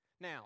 Now